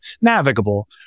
navigable